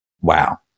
wow